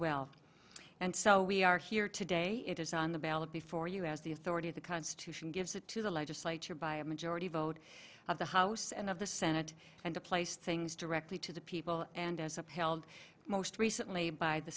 well and so we are here today it is on the ballot before you as the authority of the constitution gives it to the legislature by a majority vote of the house and of the senate and to place things directly to the people and as upheld most recently by the